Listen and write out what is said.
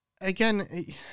again